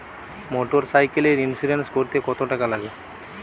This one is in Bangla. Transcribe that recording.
মোটরসাইকেলের ইন্সুরেন্স করতে কত টাকা লাগে?